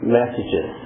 messages